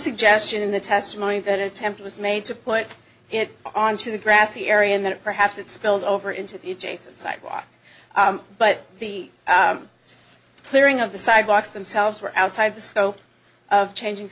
suggestion in the testimony that attempt was made to put it onto the grassy area and that perhaps it spilled over into the adjacent sidewalk but be clearing of the sidewalks themselves were outside of the scope of changing